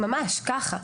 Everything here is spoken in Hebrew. ממש כך.